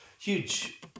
huge